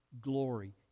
glory